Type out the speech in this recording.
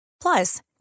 Plus